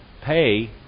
pay